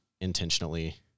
intentionally